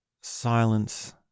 silence